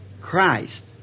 Christ